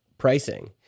pricing